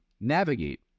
navigate